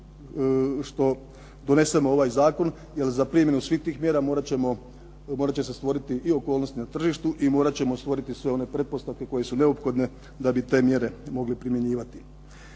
što donesemo ovaj zakon jer za primjenu svih tih mjera morat će se stvoriti i okolnosti na tržištu i morat ćemo stvoriti sve one pretpostavke koje su neophodne da bi te mjere mogli primjenjivati.